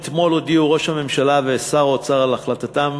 אתמול הודיעו ראש הממשלה ושר האוצר על החלטתם